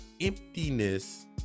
emptiness